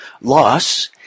loss